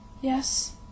Yes